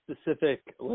specific